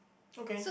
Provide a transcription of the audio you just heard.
okay